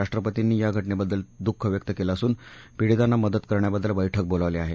राष्ट्रपतींनी या घ िबद्दल दुःख व्यक्त केलं असून पीडितांना मदत करण्याबद्दल बैठक बोलावली आहे